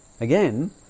again